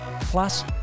plus